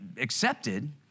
accepted